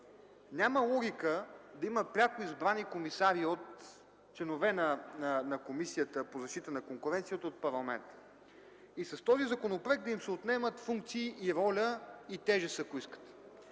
Няма логика да има пряко избрани комисари от членове на Комисията за защита на конкуренцията от парламента и с този законопроект да им се отнемат функции, роля и тежест. Новият